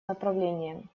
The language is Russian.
направлением